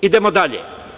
Idemo dalje.